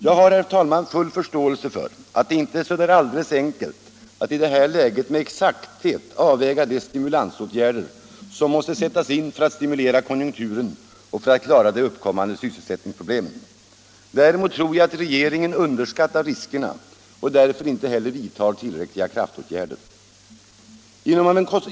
Jag har, herr talman, full förståelse för att det inte är så alldeles enkelt att i detta läge med exakthet avväga de stimulansåtgärder som måste sättas in för att stimulera konjunkturen och för att klara de uppkommande sysselsättningsproblemen. Däremot tror jag att regeringen underskattar riskerna och därför inte heller vidtar tillräckliga kraftåtgärder.